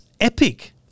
epic